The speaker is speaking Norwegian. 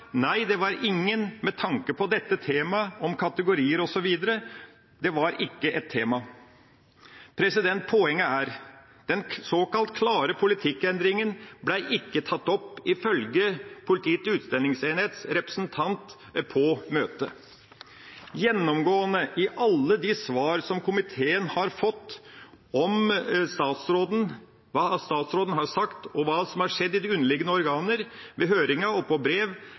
det var ingen – med tanke på dette temaet om kategorier osv. var det ikke tema.» Poenget er at den såkalt klare politikkendringa ikke ble tatt opp ifølge Politiets utlendingsenhets representant på møtet. Gjennomgående i alle de svar som komiteen har fått om statsråden, hva statsråden har sagt, og hva som er skjedd i de underliggende organer ved høringa og per brev,